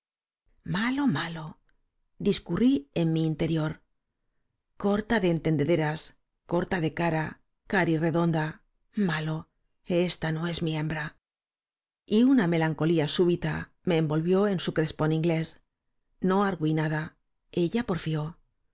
malo malo discurrí en mi interior corta de entendederas corta de cara carirredonda malo esta no es mi hembra y una melancolía súbita me envolvió en su crespón inglés no argüí nada ella porfió r